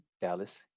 Dallas